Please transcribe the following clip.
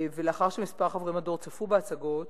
ולאחר שכמה חברי מדור צפו בהצגות,